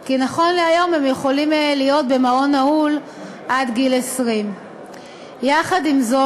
כי נכון להיום הם יכולים להיות במעון נעול עד גיל 20. עם זאת,